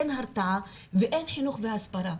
אין הרתעה ואין חינוך והסברה.